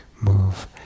move